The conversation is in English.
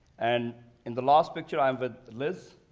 and in the last picture, i'm with liz,